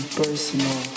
personal